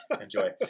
enjoy